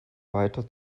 weiter